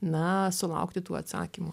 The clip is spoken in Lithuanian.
na sulaukti tų atsakymų